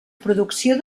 producció